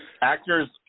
actors